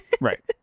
Right